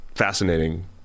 fascinating